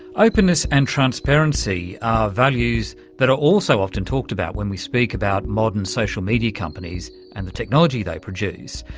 openness and transparency are ah values that are also often talked about when we speak about modern social media companies and the technology they produce.